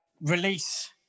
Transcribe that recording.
release